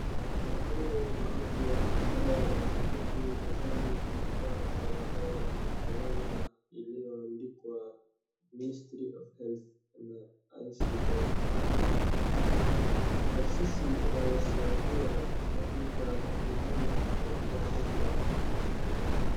Mhudumu wa afya ambaye ameketi mezani amevaa barakoa na fulana iliyoandikwa ministry of health na ICAP, taasisi inayosaidia katika huduma za afya.